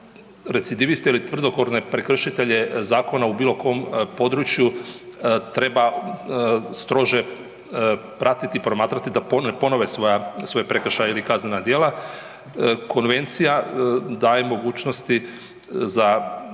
recidivisti ili tvrdokorne prekršitelje zakona u bilo kom području treba strože pratiti i promatrati da ponove svoje prekršaje ili kaznena djela. Konvencija daje mogućnosti za